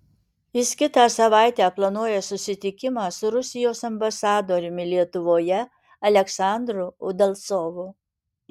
jis kitą savaitę planuoja susitikimą su rusijos ambasadoriumi lietuvoje aleksandru udalcovu